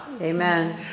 Amen